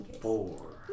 Four